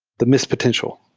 the miss-potential.